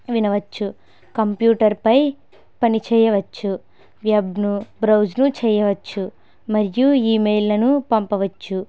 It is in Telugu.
వినవచ్చు కంప్యూటర్పై పని చేయవచ్చు వెబ్ను బ్రౌజ్ను చేయవచ్చు మరియు ఈమెయిల్లను పంపవచ్చు